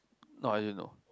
not are you no